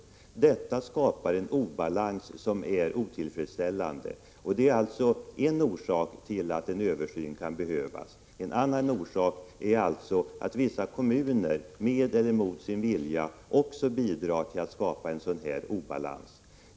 Detta skapar en obalans som är otillfredsställande. Det är således en orsak till att en översyn kan behövas. En annan orsak är att vissa kommuner, med eller mot sin vilja, också bidrar till att skapa en sådan obalans.